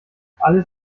alles